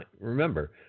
remember